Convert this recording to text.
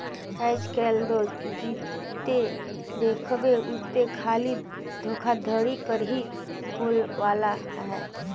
आएज काएल दो जिते देखबे उते खाली धोखाघड़ी कर ही बोलबाला अहे